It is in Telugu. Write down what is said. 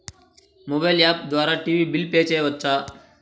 మొబైల్ యాప్ ద్వారా టీవీ బిల్ పే చేయవచ్చా?